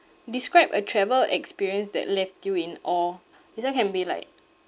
describe a travel experience that left you in awe this [one] can be like